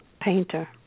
painter